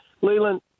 leland